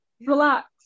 relax